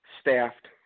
staffed